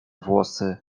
włosy